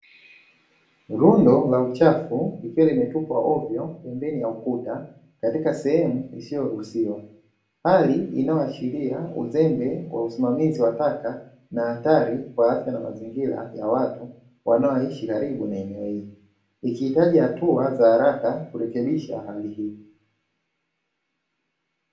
Rundo la uchafu likiwa limetupwa hovyo pembeni ya ukuta katika sehemu isiyo ruhusiwa, hali inayoashiria uzembe wa usimamizi wa taka na hatari kwa afya na mazingira ya watu wanaoishi karibu na eneo hilo, ikihitaji hatua za haraka kurekebisha hali hii.